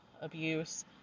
abuse